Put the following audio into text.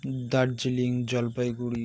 Darjeeling Jalpaiguri